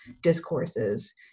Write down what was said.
discourses